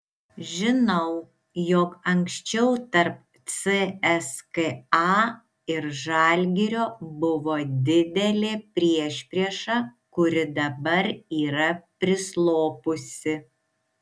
žinau jog anksčiau tarp cska ir žalgirio buvo didelė priešprieša kuri dabar yra prislopusi